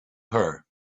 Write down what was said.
her